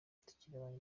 tukiri